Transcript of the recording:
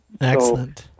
Excellent